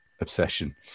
obsession